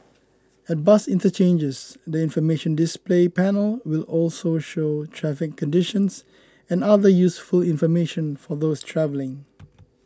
at bus interchanges the information display panel will also show traffic conditions and other useful information for those travelling